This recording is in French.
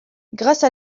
grâce